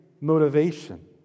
motivation